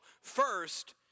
first